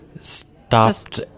stopped